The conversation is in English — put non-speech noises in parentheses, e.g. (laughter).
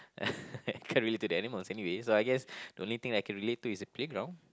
(laughs) I can't relate to the animals anyway so I guess the only thing that I can relate to is the playground